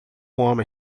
homem